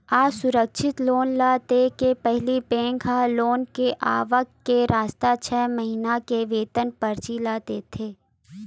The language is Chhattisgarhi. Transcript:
असुरक्छित लोन ल देय के पहिली बेंक ह लोगन के आवक के रस्ता, छै महिना के वेतन परची ल देखथे